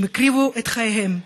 שהקריבו את חייהם,